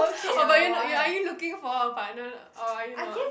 oh but you not are you looking for a partner or are you not